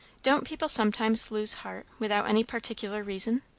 don't people sometimes lose heart without any particular reason?